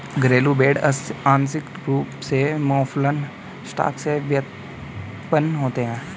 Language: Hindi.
घरेलू भेड़ आंशिक रूप से मौफलन स्टॉक से व्युत्पन्न होते हैं